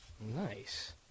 nice